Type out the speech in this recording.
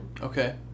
Okay